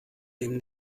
dem